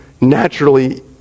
naturally